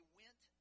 went